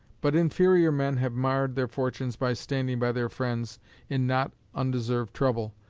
but inferior men have marred their fortunes by standing by their friends in not undeserved trouble,